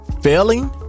failing